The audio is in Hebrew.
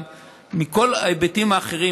גם מכל ההיבטים האחרים,